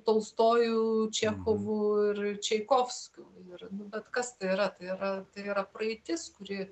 tolstojų čechovų ir čaikovskių ir bet kas tai yra tai yra tai yra praeitis kuri